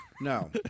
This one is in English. No